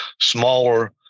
smaller